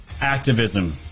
activism